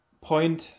point